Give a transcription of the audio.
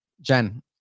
Jen